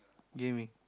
gaming